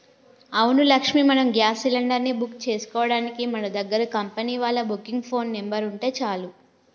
అవును లక్ష్మి మనం gas cylinder ని బుక్ చేసుకోవడానికి మన దగ్గర కంపెనీ వాళ్ళ బుకింగ్ ఫోన్ నెంబర్ ఉంటే చాలు